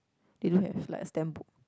they do have like a stamp book